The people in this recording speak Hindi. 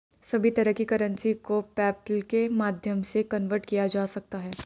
सभी तरह की करेंसी को पेपल्के माध्यम से कन्वर्ट किया जा सकता है